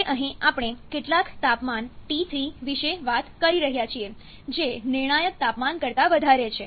તે અહીં આપણે કેટલાક તાપમાન T3 વિશે વાત કરી રહ્યા છીએ જે નિર્ણાયક તાપમાન કરતા વધારે છે